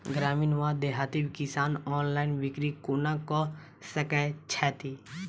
ग्रामीण वा देहाती किसान ऑनलाइन बिक्री कोना कऽ सकै छैथि?